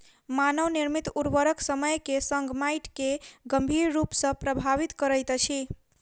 मानव निर्मित उर्वरक समय के संग माइट के गंभीर रूप सॅ प्रभावित करैत अछि